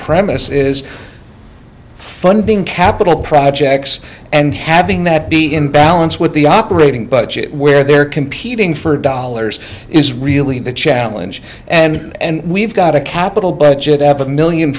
premise is funding capital projects and having that be in balance with the operating budget where they're competing for dollars is really the challenge and we've got a capital budget of a million